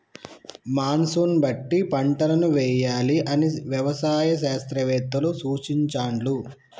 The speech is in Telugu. మాన్సూన్ బట్టి పంటలను వేయాలి అని వ్యవసాయ శాస్త్రవేత్తలు సూచించాండ్లు